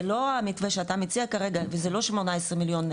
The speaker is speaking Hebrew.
זה לא המתווה שאתה מציע כרגע, וזה לא 18 מיליון.